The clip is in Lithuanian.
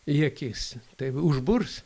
į akis tai užburs